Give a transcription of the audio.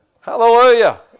Hallelujah